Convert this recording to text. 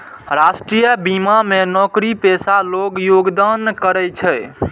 राष्ट्रीय बीमा मे नौकरीपेशा लोग योगदान करै छै